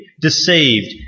deceived